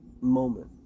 moment